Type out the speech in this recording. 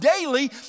daily